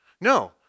No